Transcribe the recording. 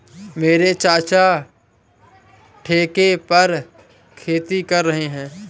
मेरे चाचा ठेके पर खेती कर रहे हैं